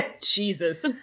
Jesus